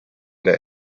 der